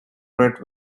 read